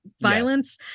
violence